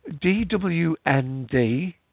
d-w-n-d